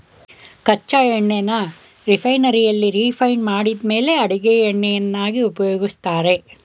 ಕಚ್ಚಾ ಎಣ್ಣೆನ ರಿಫೈನರಿಯಲ್ಲಿ ರಿಫೈಂಡ್ ಮಾಡಿದ್ಮೇಲೆ ಅಡಿಗೆ ಎಣ್ಣೆಯನ್ನಾಗಿ ಉಪಯೋಗಿಸ್ತಾರೆ